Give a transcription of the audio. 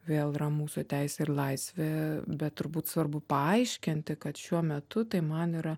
vėl yra mūsų teisė ir laisvė bet turbūt svarbu paaiškinti kad šiuo metu tai man yra